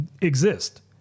exist